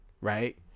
Right